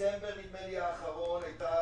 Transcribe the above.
בדצמבר האחרון הייתה